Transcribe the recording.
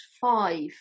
five